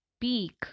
peak